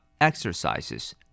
Exercises